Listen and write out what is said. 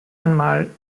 einmal